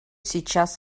сейчас